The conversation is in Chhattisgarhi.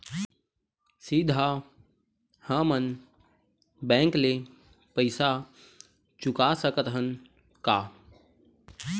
सीधा हम मन बैंक ले पईसा चुका सकत हन का?